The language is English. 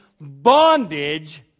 bondage